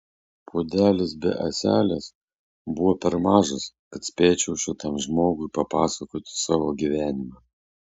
puodelis be ąselės buvo per mažas kad spėčiau šitam žmogui papasakoti savo gyvenimą